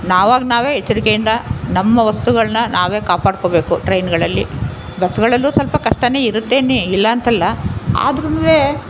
ನಾವಾಗಿ ನಾವೆ ಎಚ್ಚರಿಕೆಯಿಂದ ನಮ್ಮ ವಸ್ತುಗಳನ್ನ ನಾವೆ ಕಾಪಾಡ್ಕೊಳ್ಬೇಕು ಟ್ರೈನ್ಗಳಲ್ಲಿ ಬಸ್ಗಳಲ್ಲೂ ಸ್ವಲ್ಪ ಕಷ್ಟನೆ ಇರುತ್ತೆ ಇಲ್ಲಂತಿಲ್ಲ ಆದ್ರೂನು